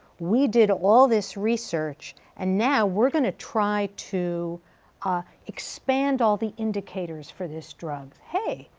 we did all this research, and now we're going to try to ah expand all the indicators for this drug. hey!